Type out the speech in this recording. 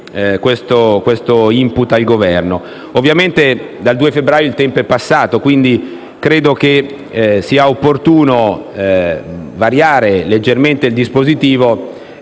questo *input* al Governo. Ovviamente dal 2 febbraio il tempo è passato e, pertanto, penso sia opportuno variare leggermente il dispositivo